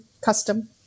custom